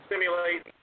simulate